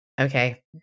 Okay